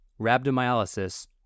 rhabdomyolysis